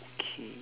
okay